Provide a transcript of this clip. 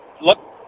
look